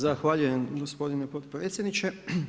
Zahvaljujem gospodine podpredsjedniče.